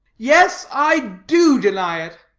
yes, i do deny it,